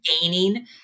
gaining